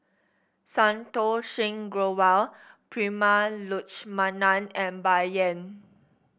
Santokh Singh Grewal Prema Letchumanan and Bai Yan